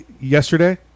yesterday